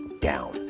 down